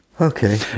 Okay